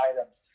items